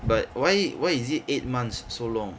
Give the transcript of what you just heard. but why why is it eight months so long